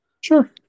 Sure